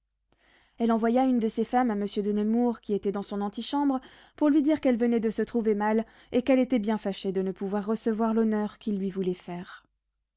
elle envoya une de ses femmes à monsieur de nemours qui était dans son antichambre pour lui dire qu'elle venait de se trouver mal et qu'elle était bien fâchée de ne pouvoir recevoir l'honneur qu'il lui voulait faire